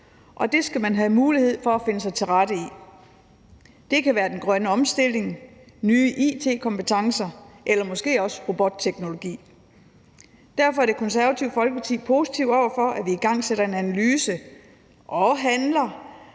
og det skal man have mulighed for at finde sig til rette i. Det kan være den grønne omstilling, nye it-kompetencer eller måske også robotteknologi. Derfor er Det Konservative Folkeparti positive over for, at vi igangsætter et analysearbejde og handler,